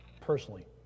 personally